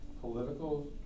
political